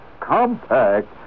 compact